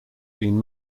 been